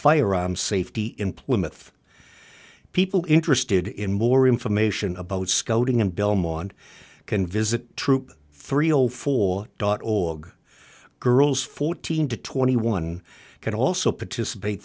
firearm safety in plymouth people interested in more information about scouting in belmont can visit troop three zero four dot org girls fourteen to twenty one can also participate